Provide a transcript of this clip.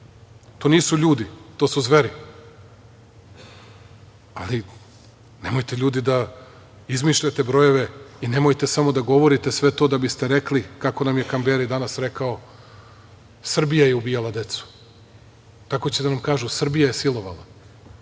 To nisu ljudi, to su zveri. Ali, nemojte, ljudi, da izmišljate brojeve i nemojte samo da govorite sve to da biste rekli, kako nam je Kamberi danas rekao – Srbija je ubijala decu, tako će da nam kažu Srbija je silovala,